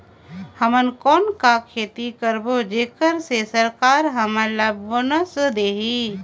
हमन कौन का खेती करबो जेकर से सरकार हमन ला बोनस देही?